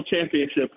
championship